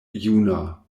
juna